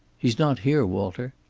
he's not here, walter.